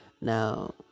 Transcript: Now